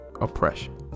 oppression